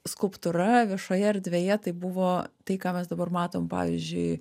skulptūra viešoje erdvėje tai buvo tai ką mes dabar matom pavyzdžiui